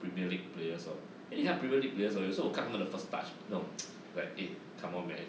premier league players loh eh 你看 premier league players orh 有事我看他们的 first touch 那种 like eh come on man